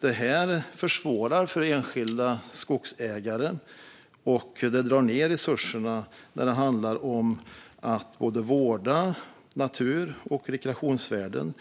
Det här försvårar för enskilda skogsägare, drar ned resurserna till vård av natur och rekreationsvärden